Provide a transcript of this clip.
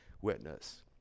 witness